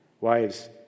Wives